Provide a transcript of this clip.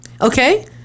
okay